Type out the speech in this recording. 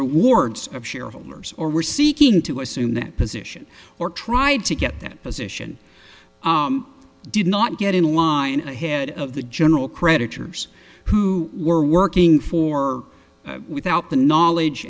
rewards of shareholders or were seeking to assume that position or tried to get that position did not get in line ahead of the general creditors who were working for without the knowledge